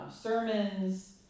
sermons